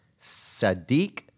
Sadiq